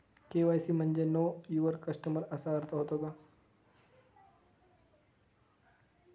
KYC म्हणजे know your customer असा अर्थ होतो का?